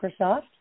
Microsoft